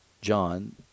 John